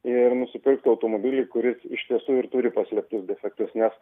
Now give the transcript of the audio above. ir nusipirktų automobilį kuris iš tiesų ir turi paslėptus defektus nes